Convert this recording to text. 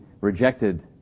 rejected